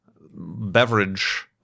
beverage